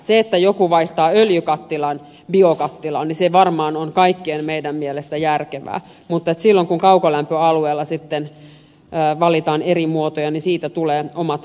se että joku vaihtaa öljykattilan biokattilaan se varmaan on kaikkien meidän mielestämme järkevää mutta silloin kun kaukolämpöalueella valitaan eri muotoja niin siitä tulee omat hankaluutensa